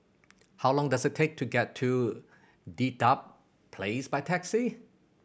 how long does it take to get to Dedap Place by taxi